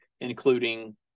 including